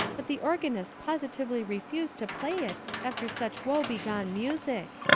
but the organist positively refused to play it after such woe-begone music.